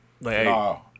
No